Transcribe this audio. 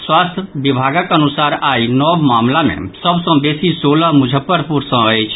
स्वास्थ्य विभागक अनुसार आइ नव मामिला मे सभ सँ बेसी सोलह मुजफ्फरपुर सँ अछि